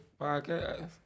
podcast